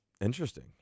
interesting